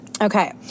Okay